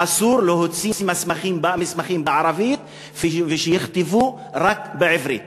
אסור להוציא מסמכים בערבית, ושיכתבו רק בעברית.